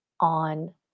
on